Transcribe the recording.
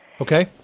Okay